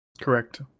Correct